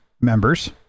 members